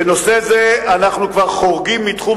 בנושא זה אנחנו כבר חורגים מתחום